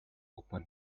open